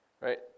right